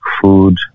food